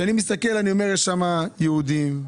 יש שם יהודים,